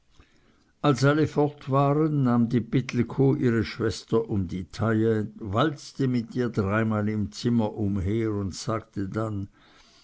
als alle fort waren nahm die pittelkow ihre schwester um die taille walzte mit ihr dreimal im zimmer umher und sagte dann